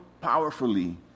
powerfully